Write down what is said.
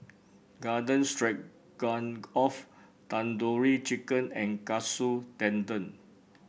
Garden Stroganoff Tandoori Chicken and Katsu Tendon